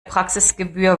praxisgebühr